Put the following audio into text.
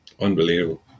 Unbelievable